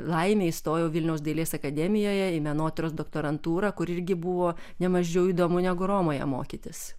laimė įstojau vilniaus dailės akademijoje į menotyros doktorantūrą kuri irgi buvo nemažiau įdomu negu romoje mokytis